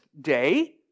day